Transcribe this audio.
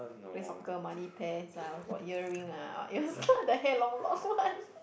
play soccer money pairs lah we wore earring ah what ah the hair long long one